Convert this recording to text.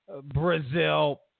Brazil